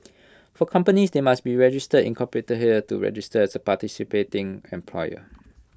for companies they must be register incorporate here to register as A participating employer